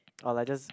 or like just